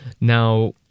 Now